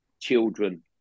children